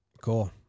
Cool